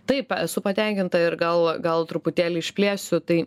taip esu patenkinta ir gal gal truputėlį išplėsiu tai